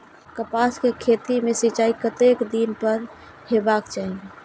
कपास के खेती में सिंचाई कतेक दिन पर हेबाक चाही?